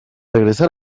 regresar